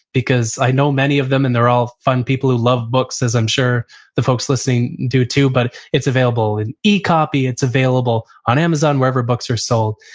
because i know many of them and they're all fun people who love books, as i'm sure the folks listening do too. but it's available in ecopy, it's available on amazon, wherever books are sold.